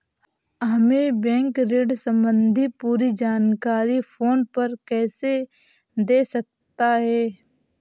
हमें बैंक ऋण संबंधी पूरी जानकारी फोन पर कैसे दे सकता है?